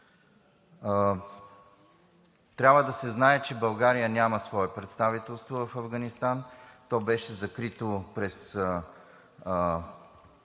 Трябва да се знае, че България няма свое представителство в Афганистан – то беше закрито през